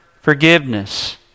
forgiveness